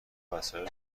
وسایل